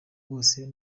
bose